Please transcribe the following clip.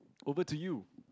over to you